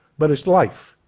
but it's life.